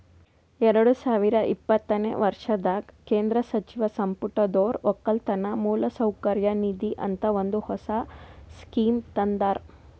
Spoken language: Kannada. ಎರಡು ಸಾವಿರ ಇಪ್ಪತ್ತನೆ ವರ್ಷದಾಗ್ ಕೇಂದ್ರ ಸಚಿವ ಸಂಪುಟದೊರು ಒಕ್ಕಲತನ ಮೌಲಸೌಕರ್ಯ ನಿಧಿ ಅಂತ ಒಂದ್ ಹೊಸ ಸ್ಕೀಮ್ ತಂದಾರ್